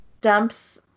dumps